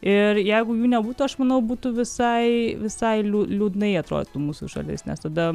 ir jeigu jų nebūtų aš manau būtų visai visai liū liūdnai atrodytų mūsų šalis nes tada